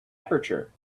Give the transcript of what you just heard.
aperture